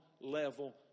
level